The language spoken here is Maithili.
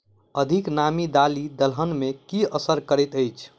अधिक नामी दालि दलहन मे की असर करैत अछि?